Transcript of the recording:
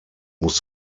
muss